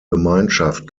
gemeinschaft